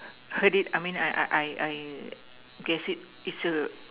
heard it I mean I I I guess it it's a